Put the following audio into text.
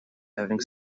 having